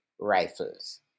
rifles